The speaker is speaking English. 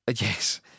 Yes